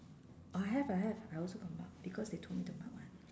I have I have I also got mark because they told me to mark [what]